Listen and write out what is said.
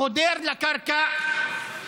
חודר לקרקע,